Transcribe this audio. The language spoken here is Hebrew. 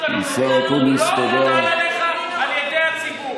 רק אתה לא מבין שהוא לא הוטל עליך על ידי הציבור.